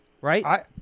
right